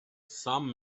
some